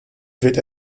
wird